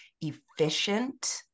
efficient